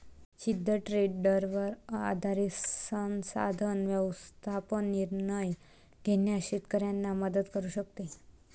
सिद्ध ट्रेंडवर आधारित संसाधन व्यवस्थापन निर्णय घेण्यास शेतकऱ्यांना मदत करू शकते